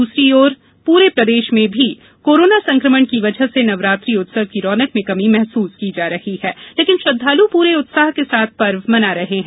दूसरी ओर पूरे प्रदेश में भी कोरोना संक्रमण की वजह से नवरात्रि उत्सव की रौनक में कर्मी महसूस की जा रही है लेकिन श्रद्धालू पूरे उत्साह के साथ पर्व मना रहे हैं